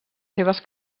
seves